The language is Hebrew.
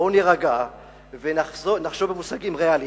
בואו נירגע ונחשוב במושגים ריאליים.